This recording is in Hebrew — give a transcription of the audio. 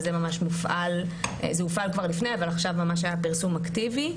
זה הופעל כבר לפני אבל עכשיו היה ממש פרסום אקטיבי.